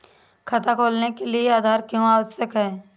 खाता खोलने के लिए आधार क्यो आवश्यक है?